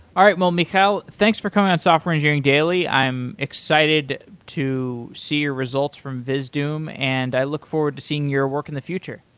all right. um mikal, thanks for coming on software engineering daily. i'm excited to see your results from vizdoom and i look forward to seeing your work in the future.